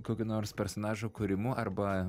kokio nors personažo kūrimu arba